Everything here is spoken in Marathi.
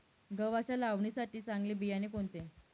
गव्हाच्या लावणीसाठी चांगले बियाणे कोणते?